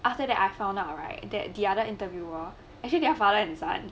after that I found out right that the other interviewer actually their father inside